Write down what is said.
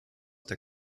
der